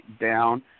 down